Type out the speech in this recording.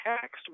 text